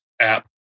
app